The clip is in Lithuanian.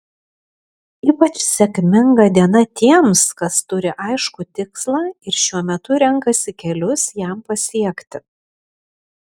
ypač sėkminga diena tiems kas turi aiškų tikslą ir šiuo metu renkasi kelius jam pasiekti